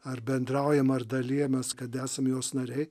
ar bendraujam ar dalijamės kad esam jos nariai